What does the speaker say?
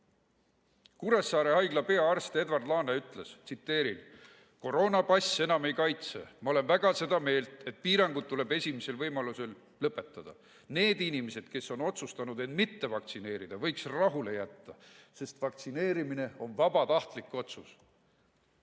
erinevus! Kuressaare Haigla peaarst Edward Laane ütles, tsiteerin: "Koroonapass enam ei kaitse. Ma olen väga seda meelt, et piirangud tuleb esimesel võimalusel ära lõpetada. [...] Need inimesed, kes on otsustanud end mitte vaktsineerida, võiks rahule jätta, sest vaktsineerimine on vabatahtlik otsus."